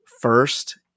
first